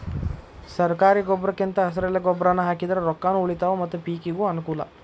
ಸರ್ಕಾರಿ ಗೊಬ್ರಕಿಂದ ಹೆಸರೆಲೆ ಗೊಬ್ರಾನಾ ಹಾಕಿದ್ರ ರೊಕ್ಕಾನು ಉಳಿತಾವ ಮತ್ತ ಪಿಕಿಗೂ ಅನ್ನಕೂಲ